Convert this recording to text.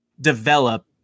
develop